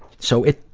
so it,